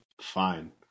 fine